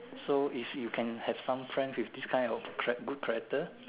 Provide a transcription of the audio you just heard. so if you can have some friends with this kind of good charac~ good character